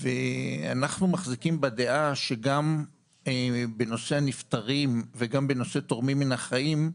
אנחנו מחזיקים בדעה שגם בנושא הנפטרים וגם בנושא תורמים מן החיים,